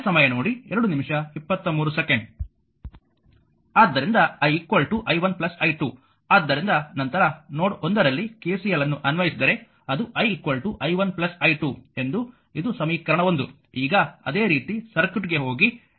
ಆದ್ದರಿಂದ i i1 i2 ಆದ್ದರಿಂದ ನಂತರ ನೋಡ್ 1ರಲ್ಲಿ KCL ಅನ್ನು ಅನ್ವಯಿಸಿದರೆ ಅದು i i1 i2 ಎಂದು ಇದು ಸಮೀಕರಣ 1 ಈಗ ಅದೇ ರೀತಿ ಸರ್ಕ್ಯೂಟ್ಗೆ ಹೋಗಿ ಇದು ನೋಡ್ 2 ಆಗಿದೆ